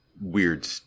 weird